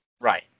Right